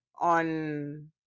on